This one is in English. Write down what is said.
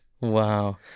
Wow